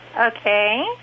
Okay